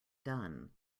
done